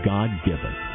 God-given